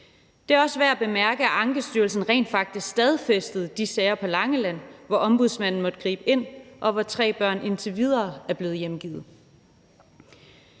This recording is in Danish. Det er også værd at bemærke, at Ankestyrelsen rent faktisk stadfæstede de sager på Langeland, hvor Ombudsmanden måtte gribe ind, og hvor tre børn indtil videre er blevet hjemgivet.